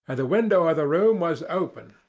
and the window of the room was open,